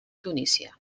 tunísia